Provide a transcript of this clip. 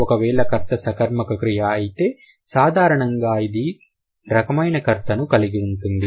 ఒకవేళ క్రియ సకర్మక అయితే సాధారణంగా ఇది ఒక రకమైన కర్త ను కలిగి ఉంటుంది